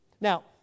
Now